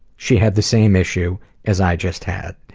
she had the same issue as i just had.